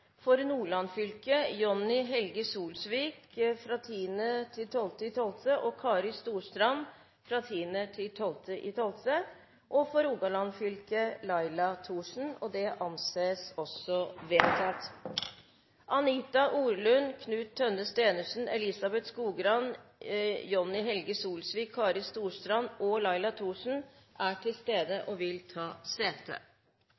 For Nordland fylke: Jonni Helge Solsvik og Kari Storstrand i tiden 10.–12. desember For Rogaland fylke: Laila Thorsen i tiden 10.–12. desember Anita Orlund, Knut Tønnes Steenersen, Elizabeth Skogrand, Kari Storstrand og Laila Thorsen er